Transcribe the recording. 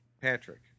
Patrick